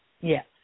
Yes